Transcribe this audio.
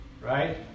right